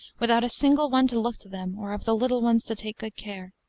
without a single one to look to them, or of the little ones to take good care.